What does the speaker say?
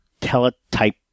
teletype